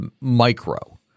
micro